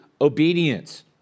obedience